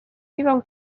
dziwą